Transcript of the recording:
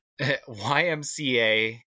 YMCA